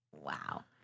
wow